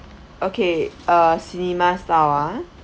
okay uh cinema style ah